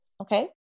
Okay